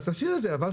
אז תשאיר את זה שם.